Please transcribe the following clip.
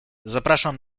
zapraszam